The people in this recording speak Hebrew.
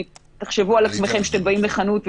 תחשבו על עצמכם כשאתם באים לחנות,